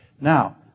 Now